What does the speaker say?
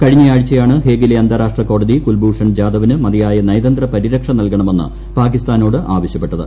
കഴിഞ്ഞ ആഴ്ചയാണ് ഹേഗിലെ അന്താരാഷ്ട്ര കോടതി കുൽഭൂഷൺ ജാദവിന് മതിയായ നയതന്ത്ര പരിരക്ഷ നൽകണമെന്ന് പാകിസ്ഥാനോട് ആവശ്യപ്പെട്ടത്